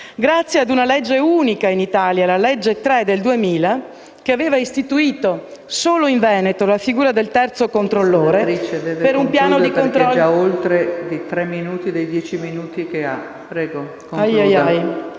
grazie ad una legge unica in Italia, la legge n. 3 del 2000, che aveva istituito solo in Veneto la figura del terzo controllore per un piano di controllo...